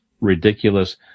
ridiculous